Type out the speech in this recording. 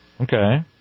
Okay